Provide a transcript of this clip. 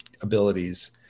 abilities